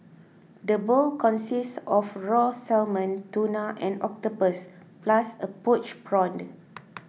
the bowl consists of raw salmon tuna and octopus plus a poached prawn